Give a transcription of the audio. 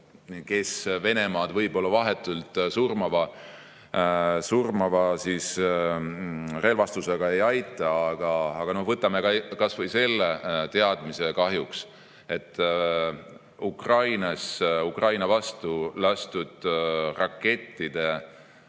Venemaad vahetult surmava relvastusega ei aita, aga võtame kas või selle teadmise – kahjuks –, et Ukraina vastu lastud rakettide